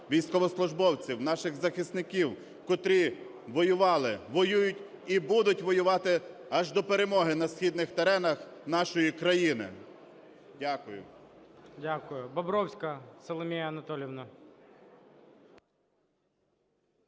військовослужбовців, наших захисників, котрі воювали, воюють і будуть воювати аж до перемоги на східних теренах нашої країни. Дякую.